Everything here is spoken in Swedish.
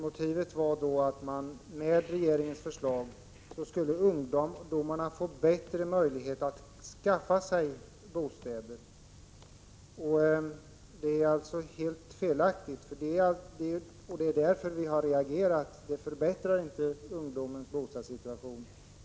Motivet var att ungdomarna genom regeringens förslag skulle få bättre möjligheter att skaffa sig bostäder. Det är alltså helt felaktigt, och det är därför som centerpartiet har reagerat. Ungdomarnas bostadssituation förbättras inte genom regeringens förslag.